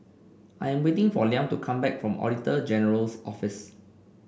I am waiting for Liam to come back from Auditor General's Office